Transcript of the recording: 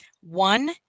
one